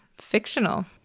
fictional